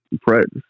practice